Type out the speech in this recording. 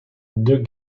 deux